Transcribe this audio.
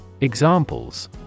Examples